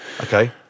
Okay